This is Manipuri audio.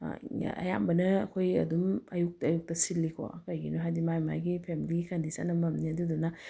ꯑꯌꯥꯝꯕꯅ ꯑꯩꯈꯣꯏ ꯑꯗꯨꯝ ꯑꯌꯨꯛꯇ ꯑꯌꯨꯛꯇ ꯁꯤꯜꯂꯤꯀꯣ ꯀꯩꯒꯤꯅꯣ ꯍꯥꯏꯗꯤ ꯃꯥꯏ ꯃꯥꯏꯒꯤ ꯐꯦꯃꯤꯂꯤ ꯀꯟꯗꯤꯁꯟ ꯑꯃꯝꯅꯤ ꯑꯗꯨꯗꯨꯅ